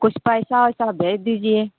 कुछ पैसा वैसा भेज दीजिए